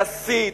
להסית,